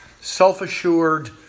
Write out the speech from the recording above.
self-assured